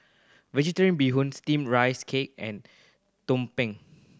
Vegetarian Bee Hoon Steamed Rice Cake and tumpeng